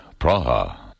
Praha